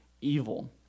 evil